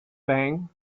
thing